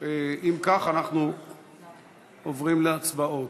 אם כך, אנחנו עוברים להצבעות.